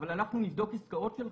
אבל אנחנו נבדוק עסקאות שלך,